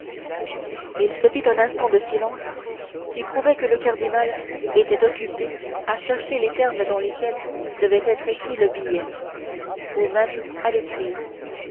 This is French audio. il se fit un instant de silence qui prouvait que le cardinal était occupé à chercher les termes dans lesquels devait être écrit le billet ou même à l'écrire